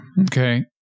okay